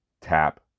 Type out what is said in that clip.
Tap